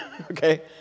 okay